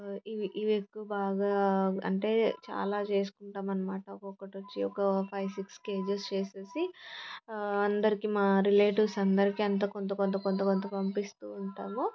ఇవి ఇవి ఎక్కువ బాగా అంటే చాలా చేసుకుంటాము అన్నమాట ఒక్కొక్కటి వచ్చి ఒక ఫైవ్ సిక్స్ కేజీస్ చేసి అందరికి మా రిలేటివ్స్ అందరికి అంతా కొంత కొంత కొంత పంపిస్తు ఉంటాము